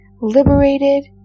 liberated